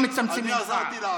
אני עזרתי לערבים.